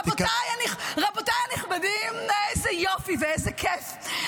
רבותיי הנכבדים, איזה יופי ואיזה כיף.